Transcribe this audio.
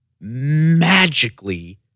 Magically